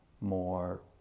more